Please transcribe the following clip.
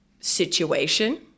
situation